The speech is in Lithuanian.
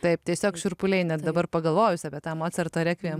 taip tiesiog šiurpuliai net dabar pagalvojus apie tą mocarto rekviem